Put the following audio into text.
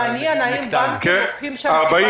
מעניין אם בנקים לוקחים פתיחת תיק.